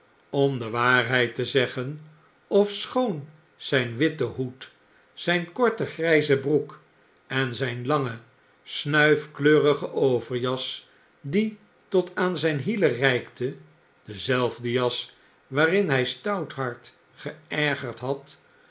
om de waarheid te zeggen ofschoon zyn witte hoed zijn korte grijze broek en zyn lange snuif kleurige overjas die tot aan zijn hielen reikte dezelfde jas waarin hij stouthart geergerd had